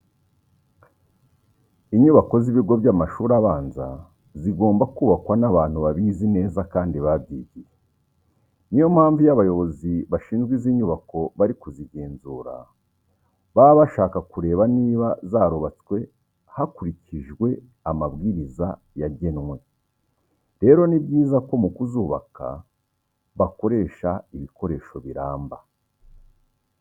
Inyubako z'ibigo by'amashuri abanza zigomba kubakwa n'abantu babizi neza kandi babyigiye. Niyo mpamvu iyo abayobozi bashinzwe izi nyubako bari kuzigenzura, baba bashaka kureba niba zarubatswe hakurikijwe amabwiriza yagenwe. Rero ni byiza ko mu kuzubaka bakoresha ibikoresho biramba.